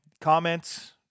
comments